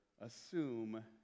assume